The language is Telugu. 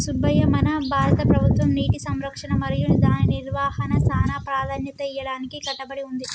సుబ్బయ్య మన భారత ప్రభుత్వం నీటి సంరక్షణ మరియు దాని నిర్వాహనకు సానా ప్రదాన్యత ఇయ్యడానికి కట్టబడి ఉంది